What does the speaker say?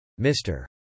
Mr